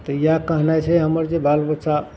तऽ इएह कहनाइ छै हमर जे बालबच्चा